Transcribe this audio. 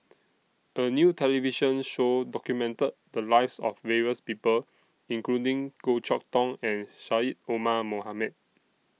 A New television Show documented The Lives of various People including Goh Chok Tong and Syed Omar Mohamed